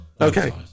Okay